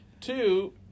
Two